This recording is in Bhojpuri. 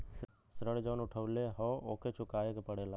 ऋण जउन उठउले हौ ओके चुकाए के पड़ेला